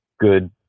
good